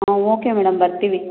ಹಾಂ okay madam ಬರ್ತೀವಿ